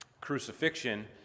crucifixion